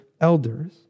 elders